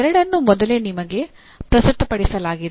ಎರಡನ್ನೂ ಮೊದಲೇ ನಿಮಗೆ ಪ್ರಸ್ತುತಪಡಿಸಲಾಗಿದೆ